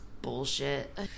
bullshit